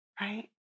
right